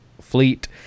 fleet